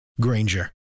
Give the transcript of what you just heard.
Granger